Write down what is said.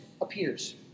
appears